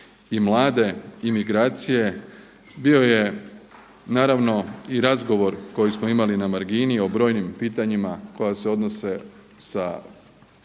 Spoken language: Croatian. i mlade imigracije bio je naravno i razgovor koji smo imali na margini o brojnim pitanjima koja se odnose sa